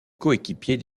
coéquipier